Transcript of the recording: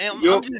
Yo